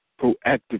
Proactive